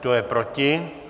Kdo je proti?